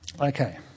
Okay